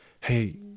hey